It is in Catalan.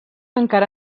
encara